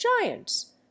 giants